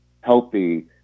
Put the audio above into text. healthy